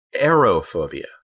Aerophobia